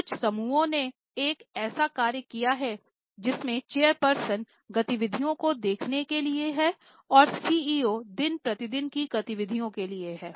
कुछ समूहों ने एक ऐसा कार्य किया है जिसमें चेयरपर्सन गतिविधियों को देखने के लिए हैंऔर सीईओ दिन प्रतिदिन की गतिविधियों के लिए है